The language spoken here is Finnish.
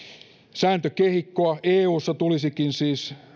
sääntökehikkoa eussa tulisikin siis